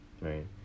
Right